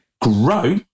grow